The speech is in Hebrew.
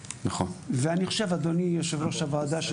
ואני חושב אדוני יו"ר הוועדה,